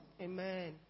Amen